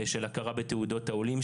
של הכרה בתעודות העולים,